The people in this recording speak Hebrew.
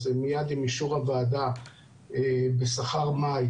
אז זה מייד עם אישור הוועדה בשכר מאי